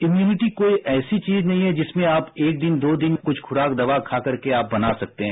immunity कोई ऐसी चीज नहीं है जिसमें आप एक दिन दो दिन कुछ खुराक दवा खा करके आप बना सकते हैं